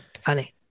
funny